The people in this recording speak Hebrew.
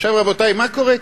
עכשיו, רבותי, מה קורה כאן?